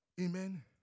Amen